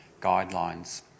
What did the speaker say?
guidelines